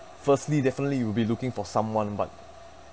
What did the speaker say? firstly definitely you'll be looking for someone but